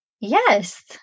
Yes